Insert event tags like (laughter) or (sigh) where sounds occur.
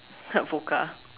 (laughs) vodka